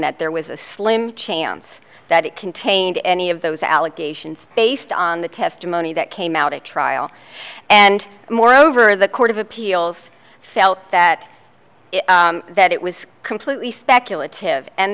that there was a slim chance that it contained any of those allegations based on the testimony that came out at trial and moreover the court of appeals felt that that it was completely speculative and